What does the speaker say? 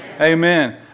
Amen